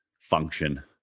function